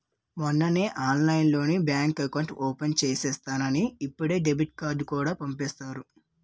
మొన్నే ఆన్లైన్లోనే bank account open చేసేసానని ఇప్పుడే డెబిట్ కార్డుకూడా పంపేసారు